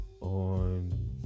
on